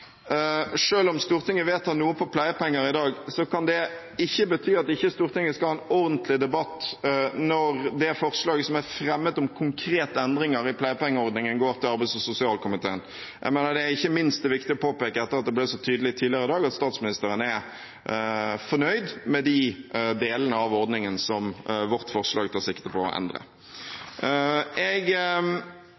om Stortinget vedtar noe på pleiepenger i dag, kan det ikke bety at ikke Stortinget skal ha en ordentlig debatt når det forslaget som er fremmet om konkrete endringer i pleiepengeordningen, går til arbeids- og sosialkomiteen. Jeg mener det ikke minst er viktig å påpeke etter at det ble så tydelig tidligere i dag at statsministeren er fornøyd med de delene av ordningen som vårt forslag tar sikte på å endre.